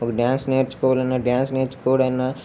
ఒక డాన్స్ నేర్చుకోవాలి అన్నా డాన్స్ నేర్చుకోవాలి అన్నా